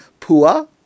Pu'a